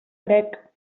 crec